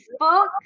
Facebook